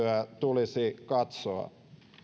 tulisi katsoa